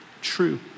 true